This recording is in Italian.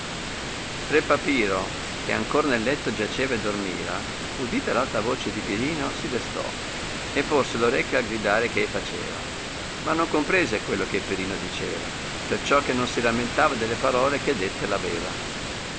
pre papiro che ancor nel letto giaceva e dormiva udita r alta voce di pirino si destò e porse l'orecchio al gridare che ei faceva ma non comprese quello che pirino diceva per ciò che non si rammentava delle parole che dette